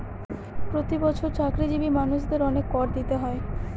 প্রতি বছর চাকরিজীবী মানুষদের অনেক কর দিতে হয়